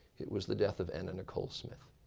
it was the death of anna nicole smith.